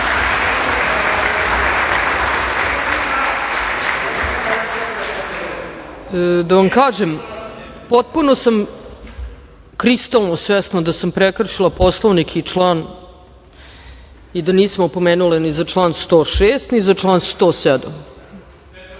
Brnabić** Potpuno sam kristalno svesna da sam prekršila Poslovnik i član i da nisam opomenula ni za član 106, ni za član